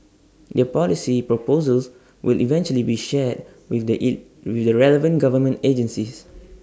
their policy proposals will eventually be shared with the with the relevant government agencies